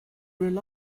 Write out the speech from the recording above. rely